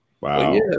Wow